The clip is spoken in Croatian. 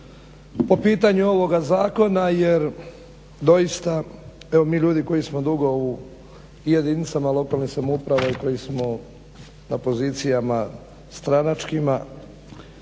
Po pitanju ovoga zakona jer doista evo mi ljudi koji smo dugo u jedinicama lokalne samouprave i koji smo na pozicijama stranačkima